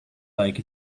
like